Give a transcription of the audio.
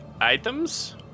items